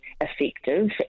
effective